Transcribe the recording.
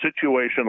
situation